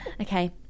okay